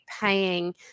paying